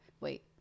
wait